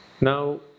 Now